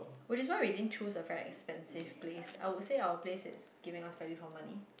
which is why we didn't choose a very expensive place I would say our place is giving out spending for money